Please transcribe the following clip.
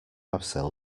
abseil